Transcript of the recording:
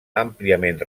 àmpliament